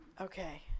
Okay